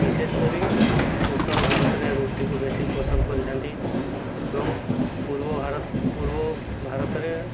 ବିଶେଷ କରି ଉତ୍ତର ଭାରତରେ ରୁଟିକୁ ବେଶୀ ପସନ୍ଦ କରିଥାନ୍ତି ଏବଂ ପୂର୍ବ ଭାରତ ପୂର୍ବ ଭାରତରେ